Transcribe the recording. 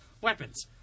weapons